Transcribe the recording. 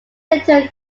little